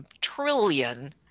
trillion